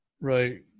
Right